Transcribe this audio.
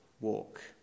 walk